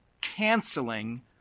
canceling